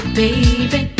baby